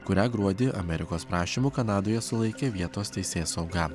kurią gruodį amerikos prašymu kanadoje sulaikė vietos teisėsauga